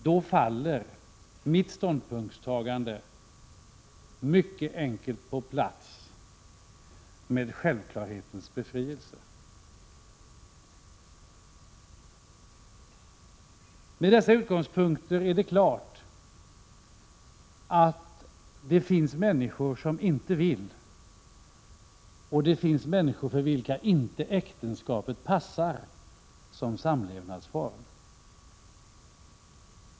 Då faller mitt ståndpunktstagande mycket enkelt på plats, med självklarhetens befrielse. Med dessa utgångspunkter är det klart att det finns människor som inte vill ingå äktenskap och att det finns människor för vilka äktenskapet inte passar som samlevnadsform.